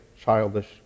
childish